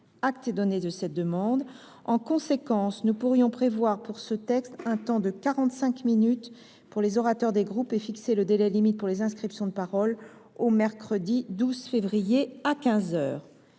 Acte est donné de cette demande. En conséquence, nous pourrions prévoir pour ce texte un temps de 45 minutes pour les orateurs des groupes et fixer le délai limite pour les inscriptions de parole au mercredi 12 février à quinze heures.